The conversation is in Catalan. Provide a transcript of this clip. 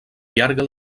llarga